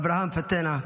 אברהם פטנה,